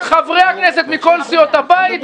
את חברי הכנסת מכל סיעות הבית,